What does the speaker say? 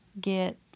get